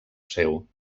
seu